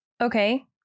Okay